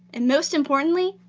and most importantly,